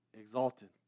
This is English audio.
exalted